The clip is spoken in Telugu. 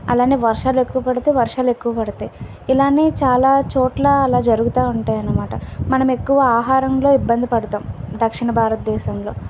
అలాగే వర్షాలు ఎక్కువ పడితే వర్షాలు ఎక్కువ పడతాయి ఇలాగే చాలా చోట్ల అలా జరుగుతు ఉంటాయి అన్నమాట మనం ఎక్కువ ఆహారంలో ఇబ్బంది పడతాం దక్షిణ భారతదేశంలో